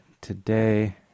today